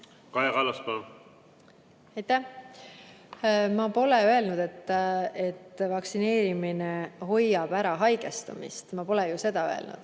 palun! Aitäh! Ma pole öelnud, et vaktsineerimine hoiab ära haigestumist. Ma pole ju seda öelnud.